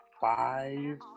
five